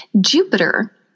Jupiter